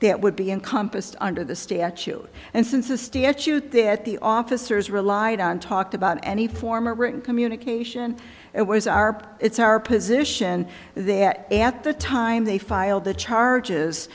that would be encompassed under the statute and since the statute that the officers relied on talked about any form or written communication it was our it's our position that at the time they filed the charges